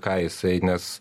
ką jisai nes